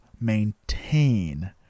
maintain